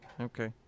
Okay